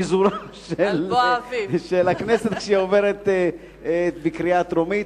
על פיזורה של הכנסת כשהיא עוברת בקריאה טרומית.